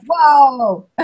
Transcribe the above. whoa